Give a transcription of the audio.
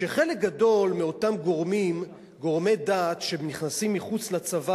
שחלק גדול מאותם גורמי דת מחוץ לצבא